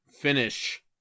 finish